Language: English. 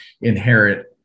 inherit